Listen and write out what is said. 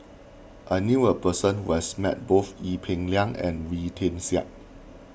I knew a person who has met both Ee Peng Liang and Wee Tian Siak